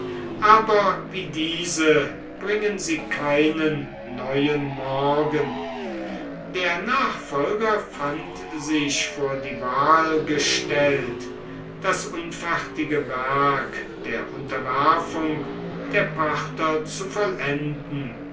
aber wie diese bringen sie keinen neuen morgen der nachfolger fand sich vor die wahl gestellt das unfertige werk der unterwerfung der parther zu vollenden